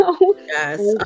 Yes